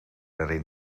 erin